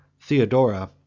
Theodora